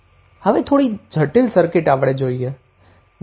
હવે થોડી જટીલ સર્કિટ આપણે જોઈએ